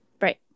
Right